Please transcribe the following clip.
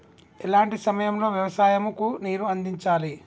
ఎలాంటి సమయం లో వ్యవసాయము కు నీరు అందించాలి?